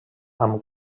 amb